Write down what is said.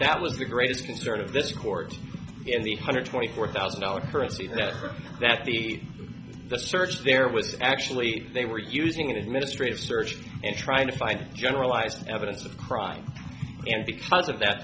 that was the greatest concern of this court in the hundred twenty four thousand dollars currency that heard that the the search there was actually they were using an administrative search and trying to find generalized evidence of crime and because of that